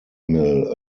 mill